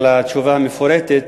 על התשובה המפורטת.